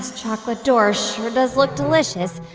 ah chocolate door sure does look delicious.